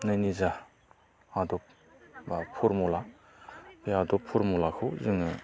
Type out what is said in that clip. निजा आदब बा फरमुला बे आदब फरमुलाखौ जोङो